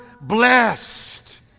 blessed